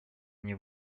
они